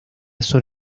son